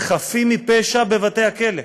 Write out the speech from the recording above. חפים מפשע בבתי-הכלא.